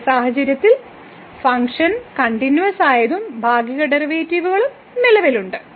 ഈ സാഹചര്യത്തിൽ ഫംഗ്ഷനും കണ്ടിന്യൂവസ്സായതും ഭാഗിക ഡെറിവേറ്റീവുകളും നിലവിലുണ്ട്